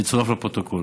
זה יצורף לפרוטוקול.